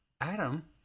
Adam